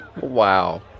Wow